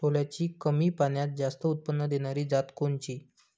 सोल्याची कमी पान्यात जास्त उत्पन्न देनारी जात कोनची?